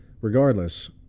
regardless